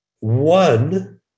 One